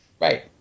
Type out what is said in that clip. right